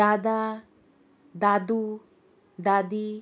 दादा दादू दादी